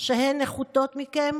שהן נחותות מכם?